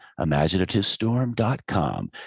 ImaginativeStorm.com